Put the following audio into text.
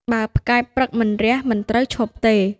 បើផ្កាយព្រឹកមិនរះមិនត្រូវឈប់ទេ»